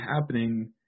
happening